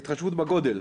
התחשבות בגודל.